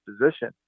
position